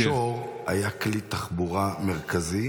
השור היה כלי תחבורה מרכזי,